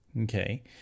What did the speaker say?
Okay